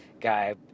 guy